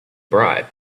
bribe